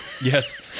Yes